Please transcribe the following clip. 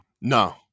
No